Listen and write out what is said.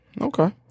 Okay